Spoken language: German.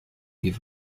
die